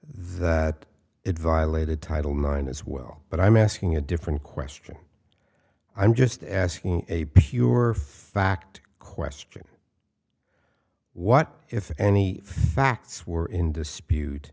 that it violated title nine as well but i'm asking a different question i'm just asking a pure fact question what if any facts were in dispute